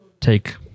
take